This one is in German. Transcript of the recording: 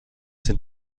sind